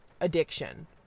addiction